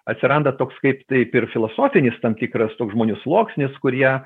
atsiranda toks kaip taip ir filosofinis tam tikras toks žmonių sluoksnis kurie